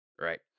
Right